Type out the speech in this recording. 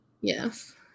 Yes